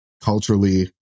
culturally